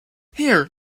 here